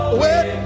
wait